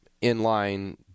in-line